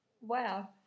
Wow